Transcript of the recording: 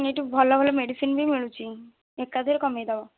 ଏଠି ଭଲ ଭଲ ମେଡ଼ିସିନ୍ ବି ମିଳୁଛି ଏକାଥରେ କମାଇ ଦବ